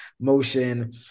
motion